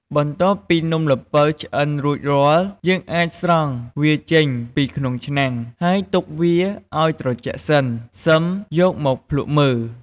បន្ទាប់ពីនំល្ពៅឆ្អិនរួចរាល់ យើងអាចស្រង់វាចេញពីក្នុងឆ្នាំង ហើយទុកវាឲ្យត្រជាក់សិន សិមយកមកភ្លក្សមើល។